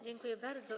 Dziękuję bardzo.